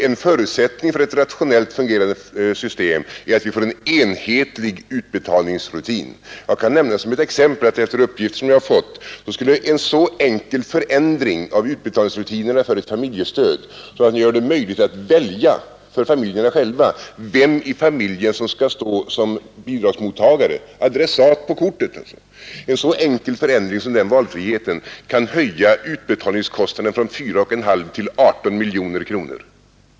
En förutsättning för ett rationellt fungerande system är att vi får en enhetlig utbetalningsrutin. Jag kan nämna som ett exempel att efter uppgifter som jag har fått från den s.k. RAFA-utredningen skulle en så enkel förändring av utbetalningsrutinen för ett familjestöd som att göra det möjligt för familjerna själva att avgöra vem i familjen som skall stå som bidragsmottagare, dvs. som adressat på kortet, kunna höja utbetalningskostnaderna från 4 1/2 till 18 miljoner kronor.